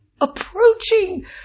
approaching